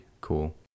cool